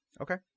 Okay